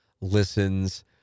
listens